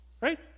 right